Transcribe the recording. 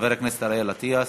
חבר הכנסת אריאל אטיאס,